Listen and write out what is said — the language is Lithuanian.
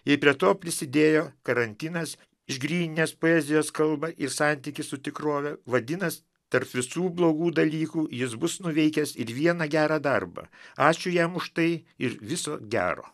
jai prie to prisidėjo karantinas išgryninęs poezijos kalbą ir santykį su tikrove vadinasi tarp visų blogų dalykų jis bus nuveikęs ir vieną gerą darbą ačiū jam už tai ir viso gero